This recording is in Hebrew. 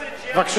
לידך.